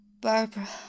Barbara